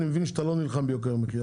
אני מבין שלא נלחמת ביוקר המחייה.